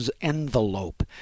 envelope